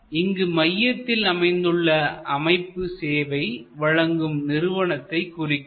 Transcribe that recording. இங்கு மையத்தில் அமைந்துள்ள அமைப்பு சேவை வழங்கும் நிறுவனத்தைக் குறிக்கிறது